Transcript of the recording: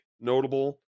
notable